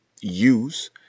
use